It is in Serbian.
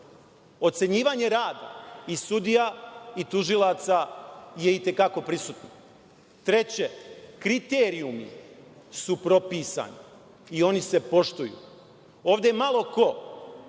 ocenjivanje rada i sudija i tužilaca je itekako prisutno. Treće, kriterijumi su propisani i oni se poštuju. Ovde je malo ko